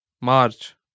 March